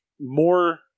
more